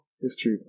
History